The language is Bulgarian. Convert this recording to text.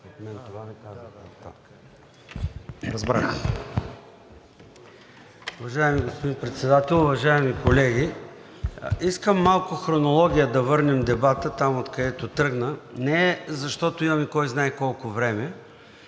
(ДПС): Уважаеми господин Председател, уважаеми колеги! Искам с малко хронология да върнем дебата оттам, откъдето тръгна, не защото имаме кой знае колко време,